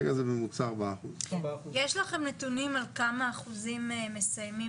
יש לכם נתונים על כמה אחוזים בעצם מסיימים